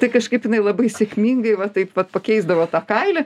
tai kažkaip jinai labai sėkmingai va taip vat pakeisdavo tą kailį